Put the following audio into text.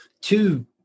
two